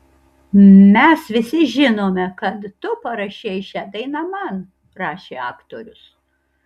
mes visi žinome kad tu parašei šią dainą man rašė aktorius